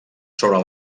sobre